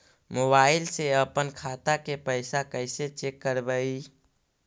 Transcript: Mobile से अपन खाता के पैसा कैसे चेक करबई?